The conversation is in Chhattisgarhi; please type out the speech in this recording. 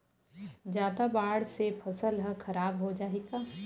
जादा बाढ़ से फसल ह खराब हो जाहि का?